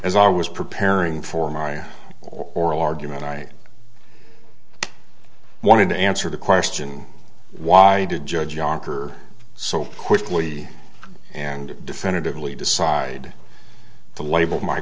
as i was preparing for my oral argument i wanted to answer the question why did judge ocker so quickly and definitively decide to label my